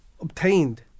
obtained